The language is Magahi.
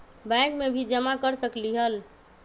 बैंक में भी जमा कर सकलीहल?